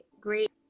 great